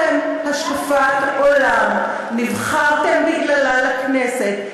למה, יש לכם השקפת עולם, נבחרתם בגללה לכנסת.